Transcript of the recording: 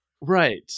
Right